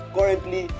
Currently